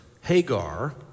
Hagar